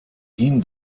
ihm